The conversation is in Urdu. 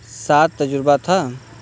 سات تجربہ تھا